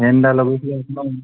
fan ଟା ଲଗେଇଥିଲେ ଏକଦମ୍